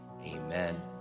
Amen